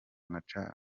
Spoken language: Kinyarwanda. agaca